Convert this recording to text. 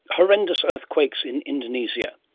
horrendous earthquakes in indonesia.